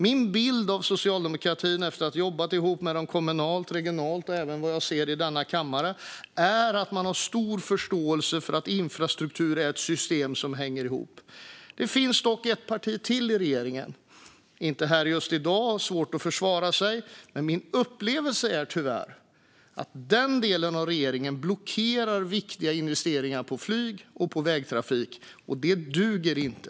Min bild av socialdemokratin efter att ha jobbat ihop med socialdemokrater kommunalt och regionalt och även vad jag ser i denna kammare är att man har stor förståelse för att infrastruktur är ett system som hänger ihop. Det finns dock ett parti till i regeringen. De är inte här just i dag och har därmed svårt att försvara sig. Men min upplevelse är tyvärr att den delen av regeringen blockerar viktiga investeringar i flyg och i vägtrafik, och det duger inte.